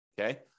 Okay